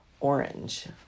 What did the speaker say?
orange